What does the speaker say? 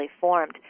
formed